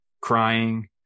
crying